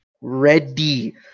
ready